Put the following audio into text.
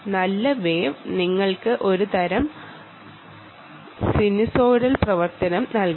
നല്ല വേവ് ആണെങ്കിൽ നിങ്ങൾക്ക് ഒരു തരം സിനുസോയ്ഡൽ കിട്ടുന്നു